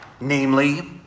Namely